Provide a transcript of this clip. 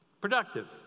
Productive